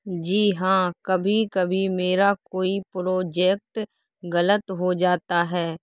جی ہاں کبھی کبھی میرا کوئی پروجیکٹ غلط ہو جاتا ہے